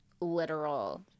literal